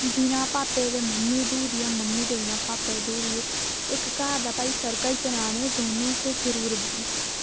बिना भापै दे मम्मी अधूरी ऐ मम्मी दे बिना भापा अधूरे न इक्क घर दा भई सर्किल चलाने गी दौनों गै जरूर